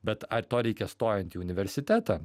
bet ar to reikia stojant į universitetą